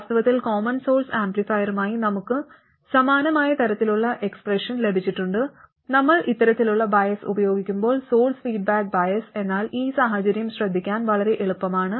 വാസ്തവത്തിൽ common source ആംപ്ലിഫയറുമായി നമുക്ക് സമാനമായ തരത്തിലുള്ള എക്സ്പ്രെഷൻ ലഭിച്ചിട്ടുണ്ട് നമ്മൾ ഇത്തരത്തിലുള്ള ബയസ് ഉപയോഗിക്കുമ്പോൾ സോഴ്സ് ഫീഡ്ബാക്ക് ബയസ് എന്നാൽ ഈ സാഹചര്യം ശ്രദ്ധിക്കാൻ വളരെ എളുപ്പമാണ്